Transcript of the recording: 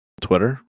Twitter